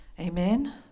Amen